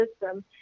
system